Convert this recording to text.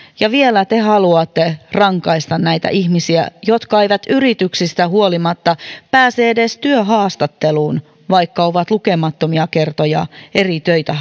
ja vielä te haluatte rangaista näitä ihmisiä jotka eivät yrityksistään huolimatta pääse edes työhaastatteluun vaikka ovat lukemattomia kertoja eri töitä